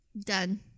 done